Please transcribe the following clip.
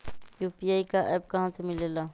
UPI का app कहा से मिलेला?